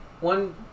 one